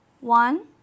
One